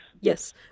Yes